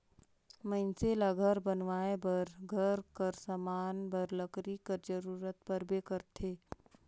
मइनसे ल घर बनाए बर, घर कर समान बर लकरी कर जरूरत परबे करथे